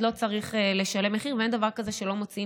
בבקשה, בואו ניתן לשרה את הזכות.